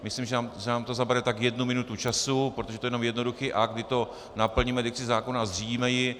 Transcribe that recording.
Myslím, že nám to zabere tak jednu minutu času, protože je to jenom jednoduchý akt, kdy to naplníme, dikci zákona, zřídíme ji.